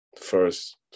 first